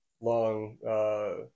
long